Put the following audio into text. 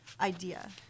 idea